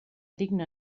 digne